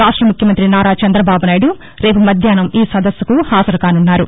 రాష్ట ముఖ్యమంత్రి నారా చంద్రబాబునాయుడు రేపు మధ్యాహ్నం ఈ సదస్సుకు హాజరుకాసున్నారు